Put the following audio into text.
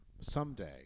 someday